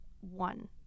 one